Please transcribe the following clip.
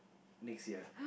next year